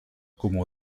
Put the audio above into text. como